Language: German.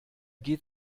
geht